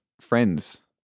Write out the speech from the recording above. friends